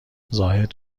زاهد